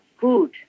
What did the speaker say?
food